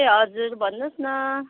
ए हजुर भन्नुहोस् न